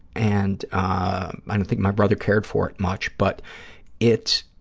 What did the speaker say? and i don't think my brother cared for it much, but it's,